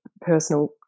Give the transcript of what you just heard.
personal